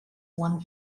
one